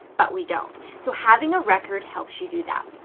but we don't. so having a record helps you do that.